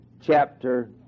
chapter